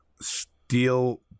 steel